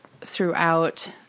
throughout